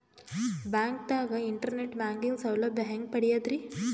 ಬ್ಯಾಂಕ್ದಾಗ internet banking ಸೌಲಭ್ಯ ಹೆಂಗ್ ಪಡಿಯದ್ರಿ?